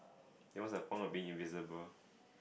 that was a punk a bit invisible